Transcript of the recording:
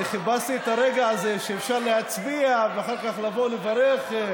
אני חיפשתי את הרגע הזה שאפשר להצביע ואחר כך לבוא לברך.